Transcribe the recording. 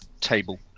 table